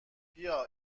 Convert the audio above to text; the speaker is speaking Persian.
بیا